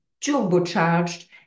turbocharged